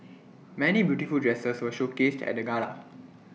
many beautiful dresses were showcased at the gala